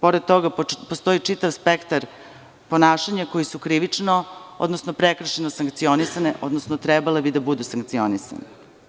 Pored toga, postoji čitav spektar ponašanja koja su krivično, odnosno prekršajno sankcionisana, odnosno trebalo bi da budu sankcionisana.